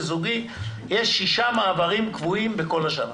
זוגי יש שישה מעברים קבועים כל השנה,